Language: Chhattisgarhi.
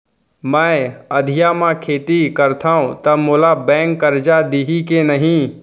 मैं अधिया म खेती करथंव त मोला बैंक करजा दिही के नही?